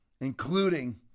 including